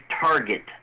target